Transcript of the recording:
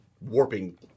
warping